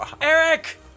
Eric